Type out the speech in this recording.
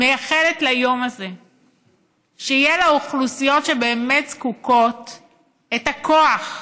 מייחלת ליום הזה שיהיה לאוכלוסיות שבאמת זקוקות הכוח,